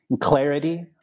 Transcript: clarity